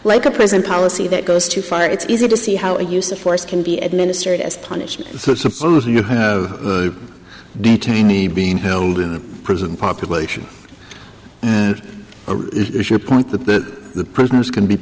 like a prison policy that goes too far it's easy to see how a use of force can be administered as punishment so suppose you have a detainee being held in a prison population and it is your point that the prisoners can be